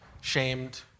shamed